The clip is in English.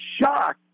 shocked